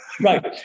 Right